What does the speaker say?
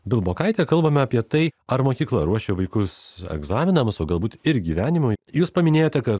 bilbokaite kalbame apie tai ar mokykla ruošia vaikus egzaminams o galbūt ir gyvenimui jūs paminėjote kad